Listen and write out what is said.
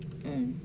mm